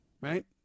right